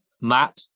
Matt